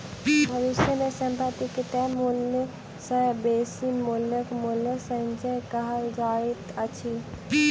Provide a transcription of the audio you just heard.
भविष्य मे संपत्ति के तय मूल्य सॅ बेसी मूल्यक मूल्य संचय कहल जाइत अछि